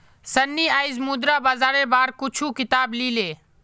सन्नी आईज मुद्रा बाजारेर बार कुछू किताब ली ले